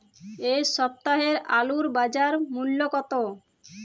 এ সপ্তাহের আলুর বাজার মূল্য কত?